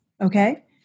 Okay